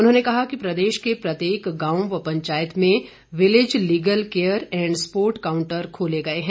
उन्होंने कहा कि प्रदेश के प्रत्येक गांव व पंचायत में village legal care and support counter खोले गए हैं